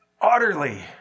utterly